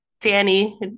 Danny